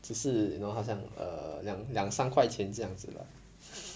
只是 you know 好像 err 两两两三块钱这样子 lah